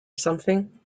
something